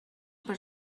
per